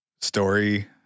story